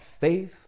faith